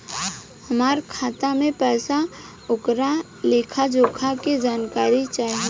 हमार खाता में पैसा ओकर लेखा जोखा के जानकारी चाही?